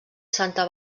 santa